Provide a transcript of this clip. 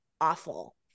awful